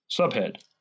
Subhead